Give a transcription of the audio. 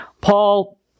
Paul